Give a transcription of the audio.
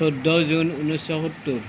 চৈধ্য জুন ঊনৈছশ সত্তৰ